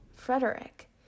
Frederick